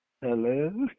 hello